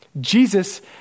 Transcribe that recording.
Jesus